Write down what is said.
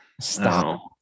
stop